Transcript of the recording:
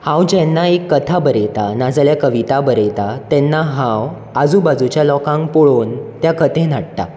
हांव जेन्ना एक कथा बरयता ना जाल्यार कविता बरयता तेन्ना हांव आजू बाजूच्या लोकांक पळोवन त्या कथेन हाडटा